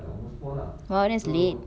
!wah! that is late